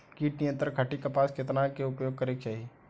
कीट नियंत्रण खातिर कपास केतना उपयोग करे के चाहीं?